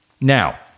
Now